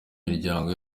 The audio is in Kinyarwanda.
miryango